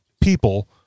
people